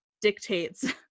dictates